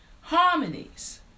harmonies